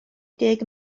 deg